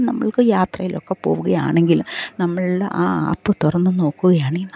നമ്മൾക്ക് യാത്രയിലൊക്കെ പോവുകയാണെങ്കിലും നമ്മളുടെ ആ ആപ്പ് തുറന്ന് നോക്കുകയാണെങ്കിൽ നമുക്ക്